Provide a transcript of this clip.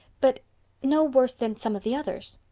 but no worse than some of the others.